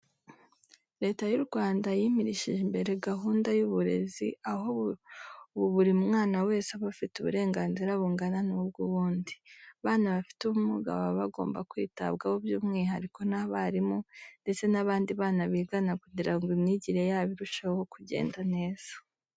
Leta y'u Rwanda yimirije imbere gahunda y'uburezi, aho kuri ubu buri mwana wese aba afite uburenganzira bungana n'ubw'uwundi. Abana bafite ubumuga baba bagomba kwitabwaho by'umwihariko n'abarimu ndetse n'abandi bana bigana kugira ngo imyigire yabo irusheho kugenda neza.